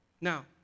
Now